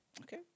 Okay